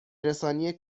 رسانی